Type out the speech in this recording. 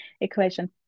equation